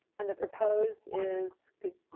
and the propose is good.